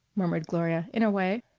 murmured gloria, in a way.